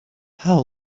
how